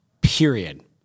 Period